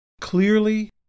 clearly